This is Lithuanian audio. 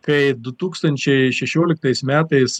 kai du tūkstančiai šešioliktais metais